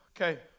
Okay